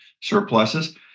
surpluses